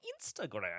Instagram